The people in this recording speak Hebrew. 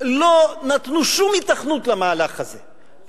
לא נתנו שום היתכנות למהלך הזה.